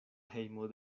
hejmo